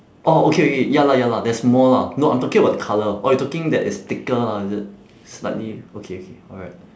orh okay okay ya lah ya lah there's more lah no I'm talking about the colour or you talking that it's thicker lah is it slightly okay okay alright